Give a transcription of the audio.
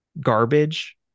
garbage